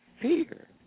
fear